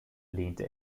lehnte